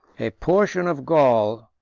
a portion of gaul,